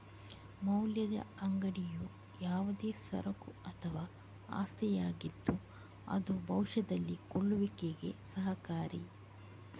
ಮೌಲ್ಯದ ಅಂಗಡಿಯು ಯಾವುದೇ ಸರಕು ಅಥವಾ ಆಸ್ತಿಯಾಗಿದ್ದು ಅದು ಭವಿಷ್ಯದಲ್ಲಿ ಕೊಳ್ಳುವಿಕೆಗೆ ಸಹಕಾರಿ